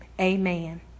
Amen